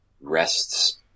rests